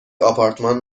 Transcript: آپارتمان